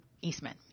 Eastman